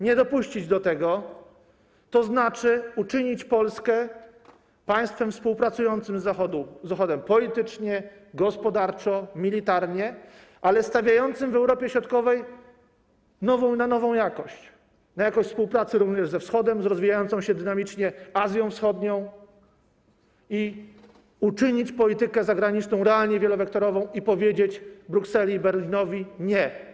Nie dopuścić do tego to znaczy uczynić Polskę państwem współpracującym z Zachodem politycznie, gospodarczo, militarnie, ale stawiającym w środkowej Europie na nową jakość: na jakość współpracy również ze Wschodem, z rozwijającą się dynamicznie wschodnią Azją i uczynić politykę zagraniczną realnie wielowektorową i powiedzieć Brukseli, Berlinowi: nie.